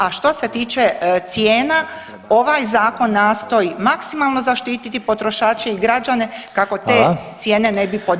A što se tiče cijena ovaj zakon nastoji maksimalno zaštiti potrošače i građane kako te cijene ne bi podivljale.